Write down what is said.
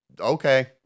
Okay